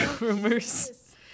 rumors